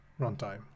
runtime